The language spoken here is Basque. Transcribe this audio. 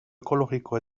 ekologiko